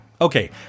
Okay